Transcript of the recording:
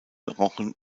rochen